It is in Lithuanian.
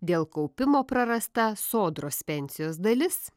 dėl kaupimo prarasta sodros pensijos dalis